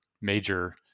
major